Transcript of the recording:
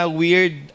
weird